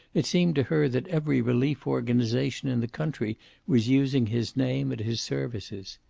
it seemed to her that every relief organization in the country was using his name and his services.